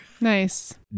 Nice